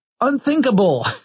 unthinkable